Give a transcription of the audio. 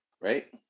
Right